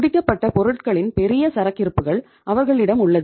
முடிக்கப்பட்ட பொருட்களின் பெரிய சரக்கிருப்புகள் அவர்களிடம் உள்ளது